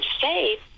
safe